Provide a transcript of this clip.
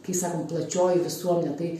kai sakom plačioji visuomenė tai